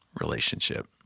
relationship